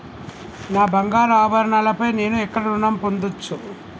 నా బంగారు ఆభరణాలపై నేను ఎక్కడ రుణం పొందచ్చు?